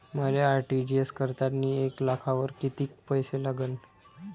मले आर.टी.जी.एस करतांनी एक लाखावर कितीक पैसे लागन?